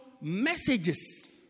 messages